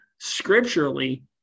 scripturally